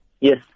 yes